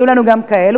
היו לנו גם כאלו,